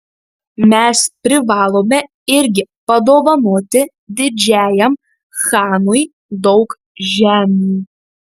mes privalome irgi padovanoti didžiajam chanui daug žemių